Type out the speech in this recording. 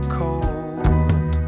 cold